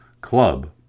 club